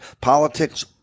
politics